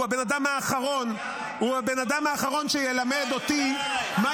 הוא הבן אדם האחרון --- די כבר עם כל האופורטוניסטים האלה,